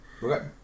Okay